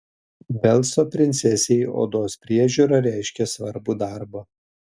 velso princesei odos priežiūra reiškė svarbų darbą